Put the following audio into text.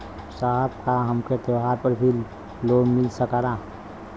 साहब का हमके त्योहार पर भी लों मिल सकेला?